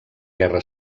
guerra